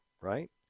right